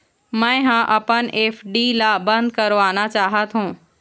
मै ह अपन एफ.डी ला अब बंद करवाना चाहथों